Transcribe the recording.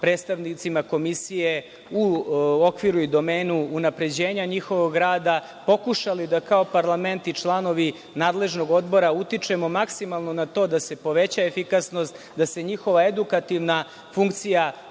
predstavnicima Komisije u okviru i domenu unapređenja njihovog rada, pokušali da kao parlament i članovi nadležnog odbora utičemo maksimalno na to da se poveća efikasnost, da se njihova edukativna funkcija